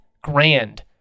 grand